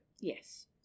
Yes